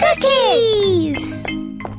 Cookies